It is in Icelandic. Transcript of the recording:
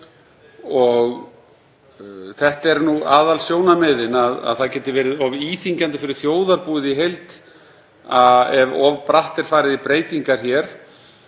Þetta eru aðalsjónarmiðin, að það geti verið of íþyngjandi fyrir þjóðarbúið í heild ef of bratt er farið í breytingar hér.